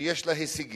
שיש לה הישגים